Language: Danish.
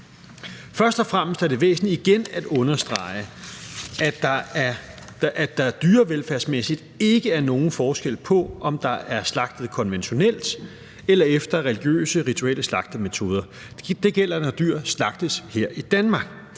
slagtemetode. Det er væsentligt igen at understrege, at der dyrevelfærdsmæssigt ikke er nogen forskel på, om man har slagtet konventionelt eller slagtet efter religiøse og rituelle slagtemetoder, og det gælder, når dyr slagtes her i Danmark.